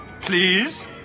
Please